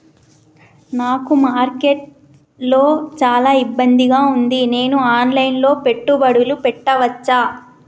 నాకు మార్కెట్స్ లో చాలా ఇబ్బందిగా ఉంది, నేను ఆన్ లైన్ లో పెట్టుబడులు పెట్టవచ్చా?